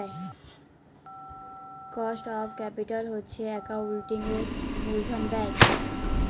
cost of capital হছে একাউল্টিংয়ের মূলধল ব্যায়